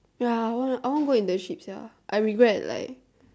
ya I want I want go internship sia I regret like